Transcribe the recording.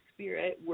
Spirit